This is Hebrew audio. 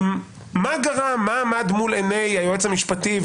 מה עמד מול עיני היועץ המשפטי,